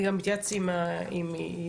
וגם התייעצתי עם עידו,